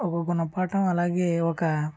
ఒక గుణపాఠం అలాగే ఒక